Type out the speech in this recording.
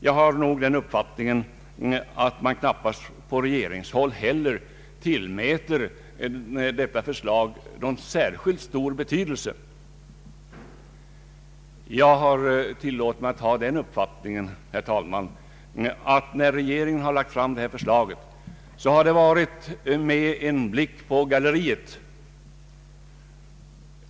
Jag tror knappast heller att man på regeringshåll tillmäter detta förslag någon särskilt stor betydelse. Jag tillåter mig ha den uppfattningen, herr talman, att regeringen när den lagt fram detta förslag har gjort det med en blick på galleriet.